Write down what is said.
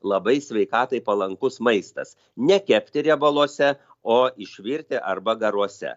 labai sveikatai palankus maistas nekepti riebaluose o išvirti arba garuose